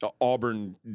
Auburn